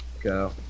go